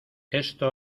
esto